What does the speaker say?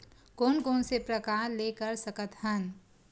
कोन कोन से प्रकार ले कर सकत हन?